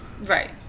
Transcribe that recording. right